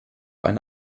eine